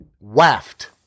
waft